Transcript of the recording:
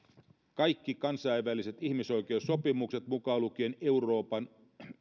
kaikki kansainväliset ihmisoikeussopimukset mukaan lukien euroopan